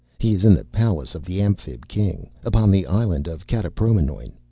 he is in the palace of the amphib king, upon the island of kataproimnoin.